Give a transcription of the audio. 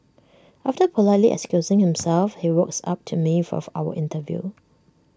after politely excusing himself he walks up to me for our interview